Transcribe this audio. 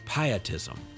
Pietism